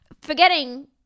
Forgetting